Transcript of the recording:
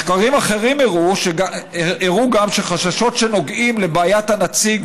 מחקרים אחרים הראו גם שחששות שנוגעים לבעיית הנציג